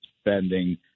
spending